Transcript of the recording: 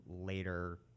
later